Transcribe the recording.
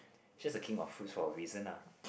just a king of fruits for a reason ah